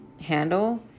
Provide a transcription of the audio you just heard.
handle